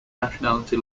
nationality